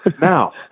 Now